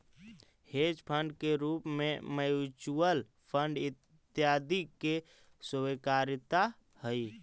hedge fund के रूप में म्यूच्यूअल फंड इत्यादि के स्वीकार्यता हई